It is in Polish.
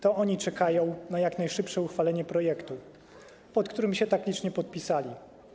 To oni czekają na jak najszybsze uchwalenie projektu, pod którym tak licznie się podpisali.